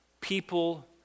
People